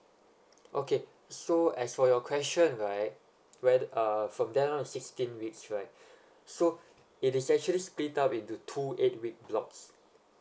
okay so as for your question right where uh from then on sixteen weeks right so it is actually split up into two eight week blocks